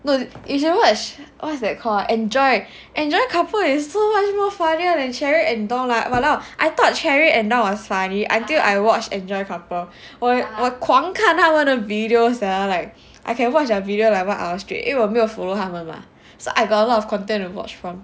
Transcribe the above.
no you should watch what's that called enjoy enjoy couple is so much more funnier than cherry and dong lah !walao! I thought cherry and dong are funny until I watched enjoy couple 我狂看他们的 videos sia like I can watch their video like one hour straight 因为我没有 follow 他们 mah so I got a lot of content to watch from